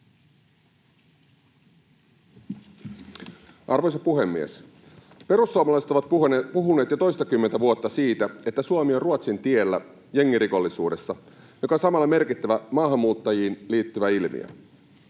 Arvoisa puhemies! Perussuomalaiset ovat puhuneet jo toistakymmentä vuotta siitä, että Suomi on Ruotsin tiellä jengirikollisuudessa, joka on samalla merkittävä maahanmuuttajiin liittyvä ilmiö.